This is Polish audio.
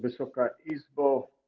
Wysoka Izbo!